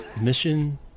mission